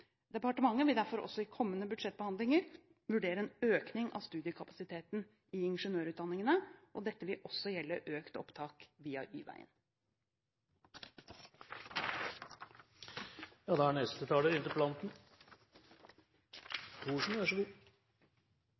Departementet vil derfor også i kommende budsjettbehandlinger vurdere en økning av studiekapasiteten i ingeniørutdanningene. Dette vil også gjelde økt opptak via